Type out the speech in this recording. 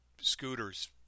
scooters